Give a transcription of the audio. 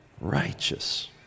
righteous